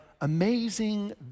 amazing